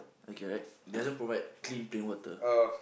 okay right doesn't provide clean plain water